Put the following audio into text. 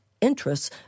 interests